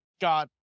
got